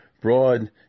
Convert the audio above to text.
broad